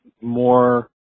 more